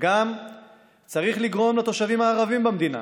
וגם צריך לגרום לתושבים הערבים במדינה